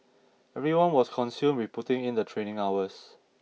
everyone was consumed with putting in the training hours